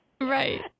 Right